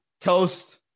toast